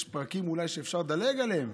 יש פרקים שאולי שאפשר לדלג עליהם,